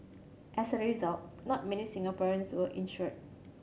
as a result not many Singaporeans were insured